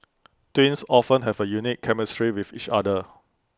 twins often have A unique chemistry with each other